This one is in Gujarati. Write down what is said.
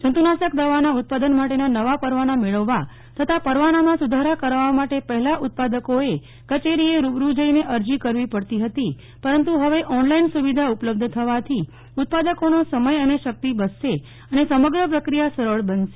જંતુનાક દવાના ઉત્પાદન માટે નાવ પરવાના મેળવવા તથા પરવામાં સુધારા કરાવવા માટે પહેલા ઉત્પાદકોએ કચેરી રૂબરૂ જઈને અરજી કરવી પડતી હતી પરંતુ હવે ઓનલાઈન સુવિધા ઉપલબ્ધ થવાથી ઉત્પાદકોનોસમય અને શક્તિ બચશે અને સમગ્ર પ્રક્રિયા સરળ બનશે